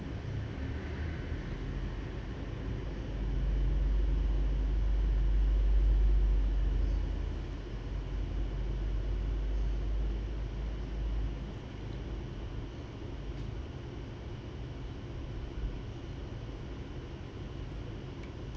mm